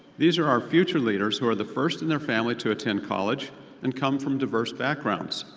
these are our future leaders who are the first in their family to attend college and come from diverse backgrounds.